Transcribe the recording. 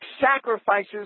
sacrifices